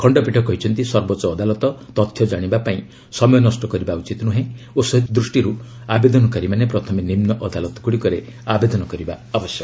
ଖଣ୍ଡପୀଠ କହିଛନ୍ତି ସର୍ବୋଚ୍ଚ ଅଦାଲତ ତଥ୍ୟ ଜାଣିବା ପାଇଁ ସମୟ ନଷ୍ଟ କରିବା ଉଚିତ୍ ନୁହେଁ ଓ ସେ ଦୃଷ୍ଟିରୁ ଆବେଦନକାରୀମାନେ ପ୍ରଥମେ ନିମ୍ନ ଅଦାଲତଗୁଡ଼ିକରେ ଆବେଦନ କରିବା ଉଚିତ୍